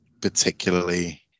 particularly